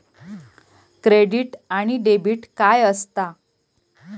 Credit आणि debit काय असता?